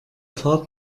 fahrt